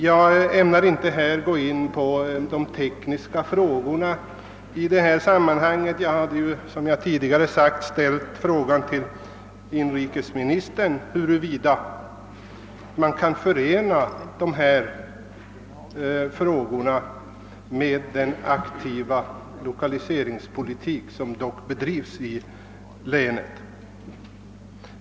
Jag ämnar inte gå in på de tekniska frågorna i detta sammanhang; jag hade, som jag tidigare framhållit, frågat inrikesministern huruvida dessa åtgärder kan förenas med den aktiva lokaliseringspolitik som dock bedrivs i länet.